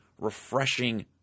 refreshing